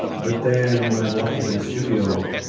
but then when i walked into the studio,